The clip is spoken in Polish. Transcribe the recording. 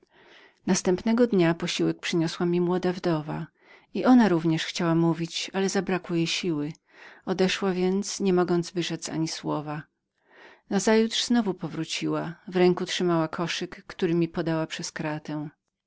następnego dnia młoda wdowa przyniosła mi posiłek ta również chciała mówić ale zabrakło jej siły odeszła więc nie mogąc wyrzec ani słowa nazajutrz znowu powróciła w jednej ręce trzymała koszyk w drugiej zaś krucyfix podała mi koszyk przez kratę